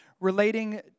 relating